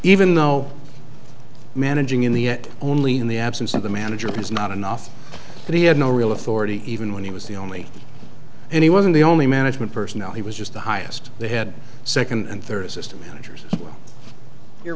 even though managing in the only in the absence of a manager is not enough and he had no real authority even when he was the only and he wasn't the only management personnel he was just the highest they had second and third assistant managers and it's well